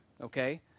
okay